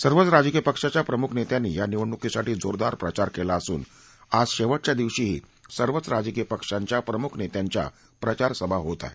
सर्वच राजकीय पक्षांच्या प्रमुख नेत्यांनी या निवडणुकीसाठी जोरदार प्रचार केला असून आज शेवटच्या दिवशीही सर्वच राजकीय पक्षाच्या प्रमुख नेत्यांच्या प्रचारसभा होत आहेत